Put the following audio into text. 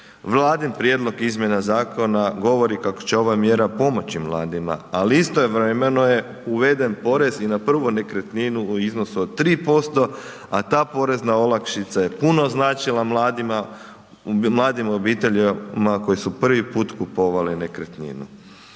Vladin prijedlog izmjena zakona govori kako će ova mjera pomoći mladima, ali istovremeno je uveden porez i na prvu nekretninu u iznosu od 3%, a ta porezna olakšica je puno značila mladima, mladim obiteljima koje su prvi put kupovale nekretninu.